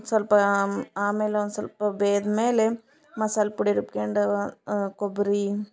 ಸ್ವಲ್ಪ ಆಮೇಲೆ ಒಂದು ಸ್ವಲ್ಪ ಬೆಂದ್ಮೇಲೆ ಮಸಾಲೆ ಪುಡಿ ರುಬ್ಕ್ಯಂಡು ಕೊಬ್ಬರಿ